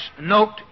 note